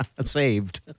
Saved